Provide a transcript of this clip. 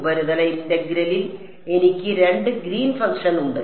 ഉപരിതല ഇന്റഗ്രലിൽ എനിക്ക് രണ്ട് ഗ്രീൻ ഫംഗ്ഷൻ ഉണ്ട്